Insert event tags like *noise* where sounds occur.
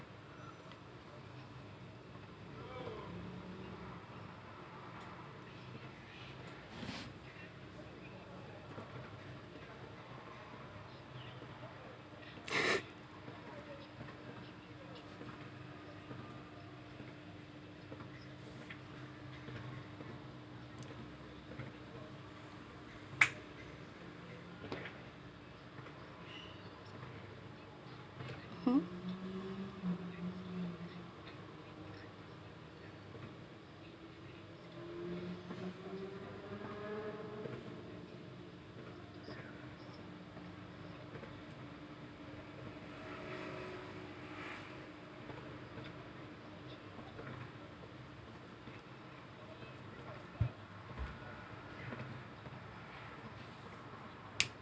*laughs* mm